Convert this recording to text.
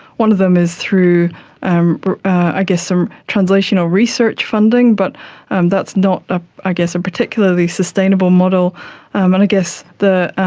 one of them is through um i guess some translational research funding, but and that's not ah i guess a particularly sustainable model, and i um and guess the